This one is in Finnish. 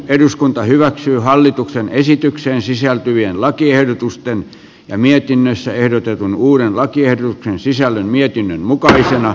eduskunta hyväksyy hallituksen esitykseen sisältyvien lakiehdotusten ja mietinnössä ehdotetun uuden lakiehdotuksen sisällön mietinnön mukaisena